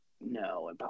No